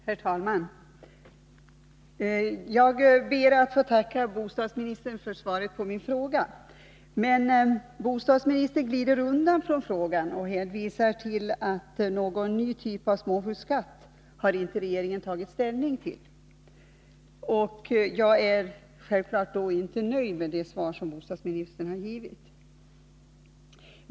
Herr talman! Jag tackar bostadsministern för svaret på min fråga. Bostadsministern glider emellertid undan frågan och hänvisar till att regeringen inte har tagit ställning till någon ny typ av småhusskatt, och jag är då självfallet inte nöjd med det svar som har lämnats.